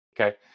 Okay